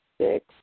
six